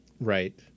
Right